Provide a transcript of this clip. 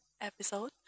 episode